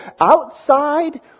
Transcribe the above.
outside